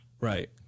Right